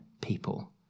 people